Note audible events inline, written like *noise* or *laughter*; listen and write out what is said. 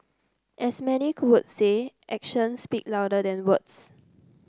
as many *unintelligible* would say actions speak louder than words